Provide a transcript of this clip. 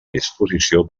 disposició